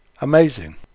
Amazing